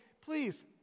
please